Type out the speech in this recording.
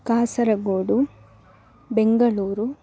Kasaragod Bengaluru